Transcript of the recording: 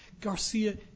Garcia